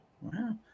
Wow